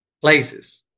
places